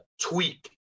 tweak